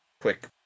quick